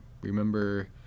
remember